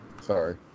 Sorry